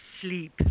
sleep